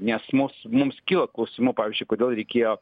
nes mūs mums kyla klausimų pavyzdžiui kodėl reikėjo